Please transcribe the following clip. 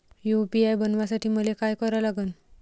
UPI बनवासाठी मले काय करा लागन?